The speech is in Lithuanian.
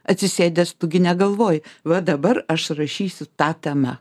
atsisėdęs tu gi negalvoji va dabar aš rašysiu ta tema